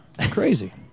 Crazy